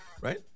right